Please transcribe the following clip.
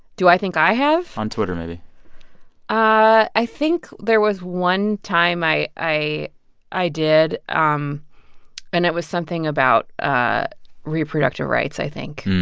do i think i have? on twitter maybe i i think there was one time i i did. um and it was something about ah reproductive rights, i think,